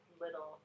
little